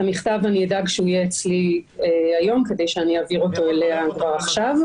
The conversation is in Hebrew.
אדאג שהמכתב יהיה אצלי היום כדי שאעביר אותו אליה כבר עכשיו,